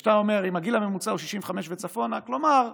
ואתה אומר: אם הגיל הממוצע הוא 65 וצפונה, כלומר,